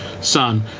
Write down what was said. son